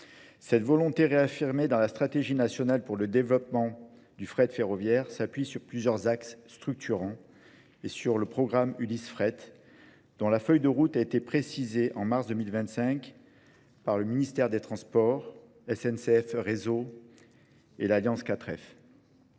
Cette volonté réaffirmée dans la stratégie nationale pour le développement du fret ferroviaire s'appuie sur plusieurs axes structurants et sur le programme Ulysse fret, dont la feuille de route a été précisée en mars 2025 par le ministère des transports, SNCF réseau et l'Alliance 4F.